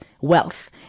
wealth